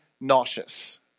nauseous